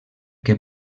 que